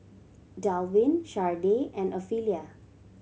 Dalvin Shardae and Ofelia